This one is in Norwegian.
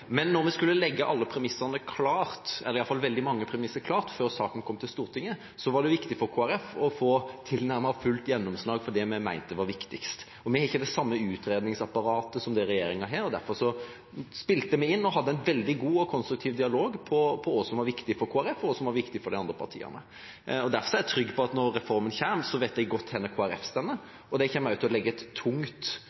Men da vi skulle legge alle eller i hvert fall mange av premissene klare for Stortinget, var det viktig for Kristelig Folkeparti å få tilnærmet fullt gjennomslag for det vi mente var viktigst. Vi har ikke det samme utredningsapparatet som regjeringa har, derfor spilte vi inn og hadde en veldig god og konstruktiv dialog om hva som var viktig for Kristelig Folkeparti, og hva som var viktig for de andre partiene. Derfor er jeg trygg på at når reformen kommer, vet jeg godt